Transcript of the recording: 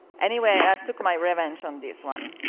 anyway, i took my revenge on this one.